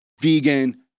vegan